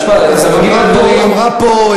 אנחנו בדיון ארוך.